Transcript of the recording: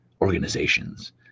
organizations